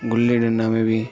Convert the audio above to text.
گلی ڈنڈا میں بھی